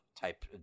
type